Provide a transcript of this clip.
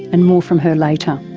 and more from her later.